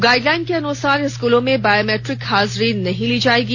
guideline के अनुसार स्कूलों में बायोमैट्रिक हाजरी नहीं ली जायेगी